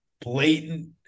blatant